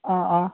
অঁ অঁ